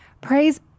praise